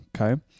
Okay